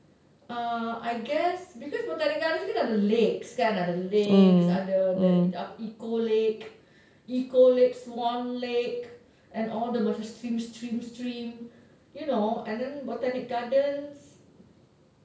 uh I guess because botanic gardens kan ada lakes kan ada lakes ada eco lake swan lake and all the macam the stream stream stream and you know botanic gardens